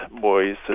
boys